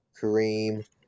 Kareem